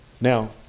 Now